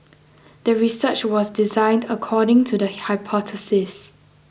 the research was designed according to the hypothesis